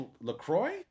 LaCroix